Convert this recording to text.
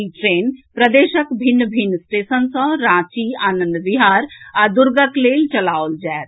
इ ट्रेन प्रदेशक भिन्न मिन्न स्टेशन सँ रांची आनंदविहार आ दुर्गक लेल चलाओल जायत